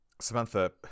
Samantha